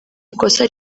ikosa